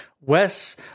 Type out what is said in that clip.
Wes